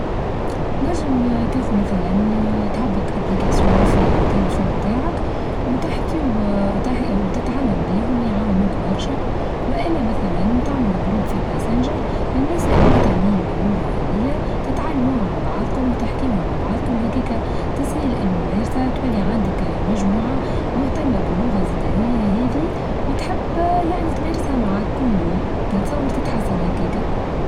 نچم تاخد مثلا تهبط ابليكاتسيو في التليفون بتاعك وتحكي وتتعلم بيهم يعاونوك برشا والا مثلا تعمل جروب في الماسنجر للناس المهتمين باللغة هاذيا تتعلموها مع بعضكم وتحكيوها مع بعضكم هاكاكا تسهل الممارسة تولي عندك مجموعة مهتمة باللغة زدهيا هاذي وتحب يعني تمارسها معاك كل يوم نتصور تتحسن هكاكا.